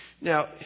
Now